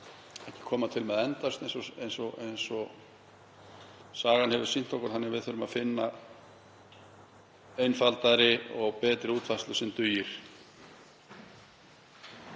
því að þetta muni enda eins og sagan hefur sýnt okkur þannig að við þurfum að finna einfaldari og betri útfærslu sem dugir.